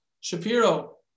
Shapiro